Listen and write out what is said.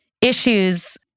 issues